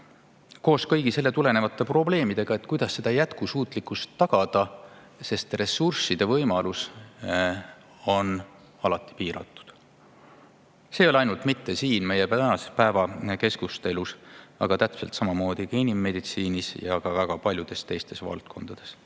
koos kõigi sellest tulenevate probleemidega, kuidas seda jätkusuutlikkust tagada, sest ressursside võimalus on alati piiratud. See ei ole ainult mitte siin meie tänase päeva keskustelus, aga täpselt samamoodi inimmeditsiinis ja ka väga paljudes teistes valdkondades.